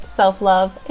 self-love